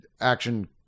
action